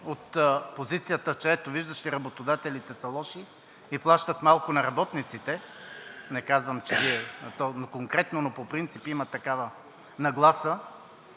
от позицията, че ето, виждаш ли, работодателите са лоши и плащат малко на работниците, не казвам, че Вие конкретно, но по принцип има такава нагласа.